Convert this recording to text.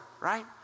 right